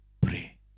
pray